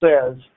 says